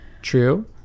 true